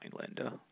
Linda